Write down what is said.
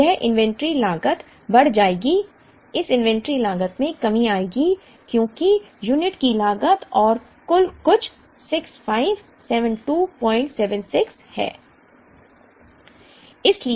यह इन्वेंट्री लागत बढ़ जाएगी इस इन्वेंट्री लागत में कमी आएगी क्योंकि यूनिट की लागत और कुल उच्च 657276 है